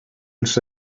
els